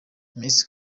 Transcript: miss